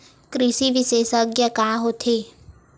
कृषि विशेषज्ञ का होथे?